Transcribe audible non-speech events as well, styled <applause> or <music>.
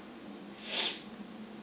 <noise>